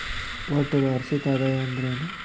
ಒಟ್ಟ ವಾರ್ಷಿಕ ಆದಾಯ ಅಂದ್ರೆನ?